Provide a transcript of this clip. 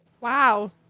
Wow